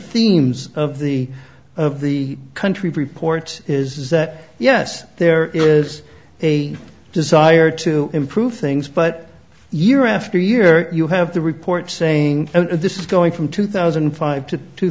themes of the of the country report is that yes there is a desire to improve things but year after year you have the report saying this is going from two thousand and five to two